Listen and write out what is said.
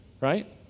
right